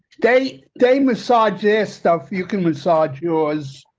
they, they massage this stuff. you can massage yours.